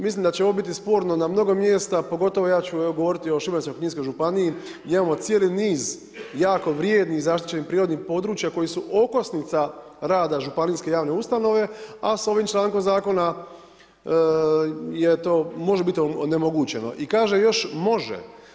Mislim da će ovo biti sporno na mnogo mjesta, pogotovo evo ja ću govoriti o Šibensko-kninskoj županiji gdje imamo cijeli niz jako vrijednih zaštićenih prirodnih područja koji su okosnica rada županijske radne ustanove, a s ovim člankom zakona to može biti onemogućeno i kaže još može.